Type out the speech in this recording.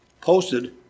posted